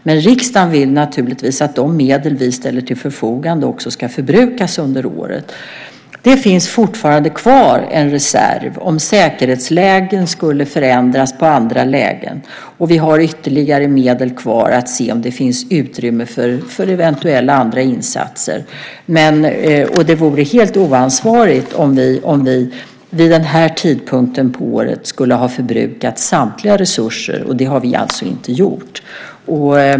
Men riksdagen vill naturligtvis att de medel som vi ställer till förfogande också ska förbrukas under året. Det finns fortfarande kvar en reserv om säkerhetsläget skulle förändras, och vi har ytterligare medel kvar för att vi ska kunna se om det finns utrymme för eventuella andra insatser. Det vore helt oansvarigt om vi vid denna tidpunkt på året skulle ha förbrukat samtliga resurser. Det har vi alltså inte gjort.